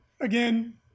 again